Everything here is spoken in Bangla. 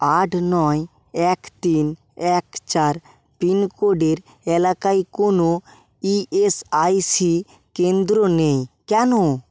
আট নয় এক তিন এক চার পিনকোডের এলাকায় কোনও ইএসআইসি কেন্দ্র নেই কেন